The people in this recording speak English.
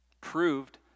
proved